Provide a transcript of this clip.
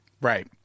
Right